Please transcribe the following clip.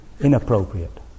inappropriate